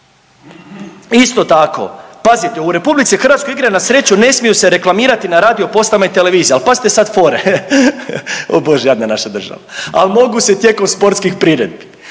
Isto tako, pazite u RH igre na sreću ne smiju se reklamirati na radio postajama i televiziji, ali pazite sad fore, o Bože jadna naša država, ali mogu se tijekom sportskih priredbi. To